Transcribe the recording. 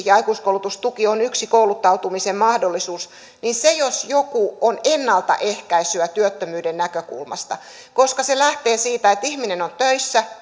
ja aikuiskoulutustuki on yksi kouluttautumisen mahdollisuus niin se jos joku on ennaltaehkäisyä työttömyyden näkökulmasta koska se lähtee siitä että ihminen on töissä